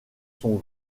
son